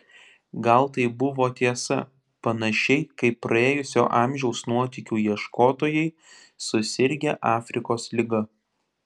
gal tai buvo tiesa panašiai kaip praėjusio amžiaus nuotykių ieškotojai susirgę afrikos liga